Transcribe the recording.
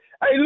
Hey